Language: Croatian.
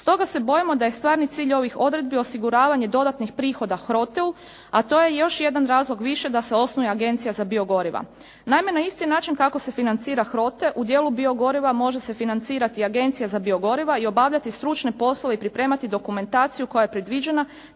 Stoga se bojimo da je stvarni cilj ovih odredbi osiguravanje dodatnih prihoda HROTE-u, a to je još jedan razlog više da se osnuje agencija za biogoriva. Naime, na isti način kako se financira HROTE, u dijelu biogoriva može se financirati Agencija za biogoriva i obavljati stručne poslove i pripremati dokumentaciju koja je predviđena